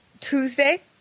Tuesday